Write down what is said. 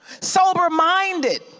Sober-minded